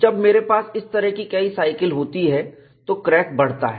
जब मेरे पास इस तरीके की कई साइकिल होती है तो क्रैक बढ़ता है